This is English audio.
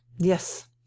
yes